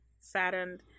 saddened